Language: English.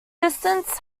distance